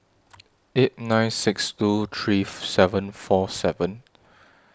eight nine six two three seven four seven